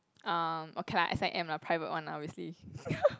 uh okay lah S_I_M lah private one obviously